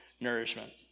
nourishment